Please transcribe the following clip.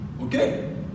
okay